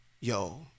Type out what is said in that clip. yo